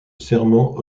serment